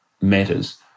matters